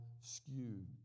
skewed